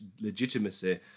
legitimacy